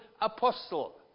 Apostle